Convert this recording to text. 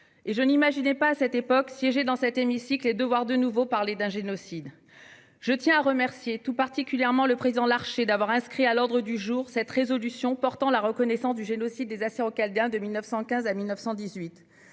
Je n'imaginais pas, à cette époque, siéger dans cet hémicycle et devoir de nouveau parler d'un génocide. Je tiens à remercier le président Larcher d'avoir inscrit à l'ordre du jour cette proposition de résolution relative à la reconnaissance du génocide des Assyro-Chaldéens de 1915-1918.